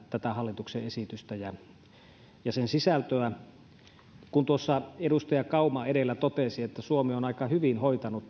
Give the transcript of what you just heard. tätä hallituksen esitystä ja ja sen sisältöä pidetään erittäin hyvänä kun edustaja kauma tuossa edellä totesi että suomi on poikkeuksellisenkin hyvin hoitanut